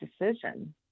decision